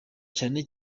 cyane